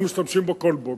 לא משתמשים בו כל בוקר,